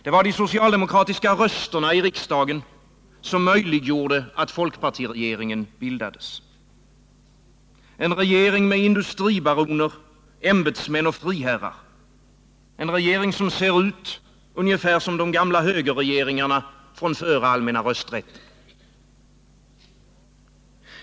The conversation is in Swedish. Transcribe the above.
Det var de socialdemokratiska rösterna i riksdagen som möjliggjorde att folkpartiregeringen bildades — en regering med industribaroner, ämbetsmän och friherrar, en regering som ser ut ungefär som de gamla högerregeringarna från tiden före allmänna rösträtten.